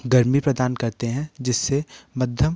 गर्मी प्रदान करते हैं जिससे मध्यम